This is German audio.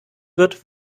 wird